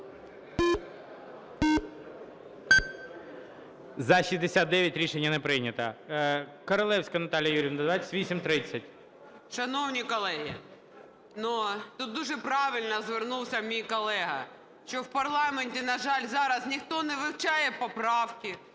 За-69 Рішення не прийнято. Королевська Наталія Юріївна, 2830. 13:11:19 КОРОЛЕВСЬКА Н.Ю. Шановні колеги, тут дуже правильно звернувся мій колега, що в парламенті, на жаль, зараз ніхто не вивчає поправки,